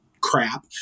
crap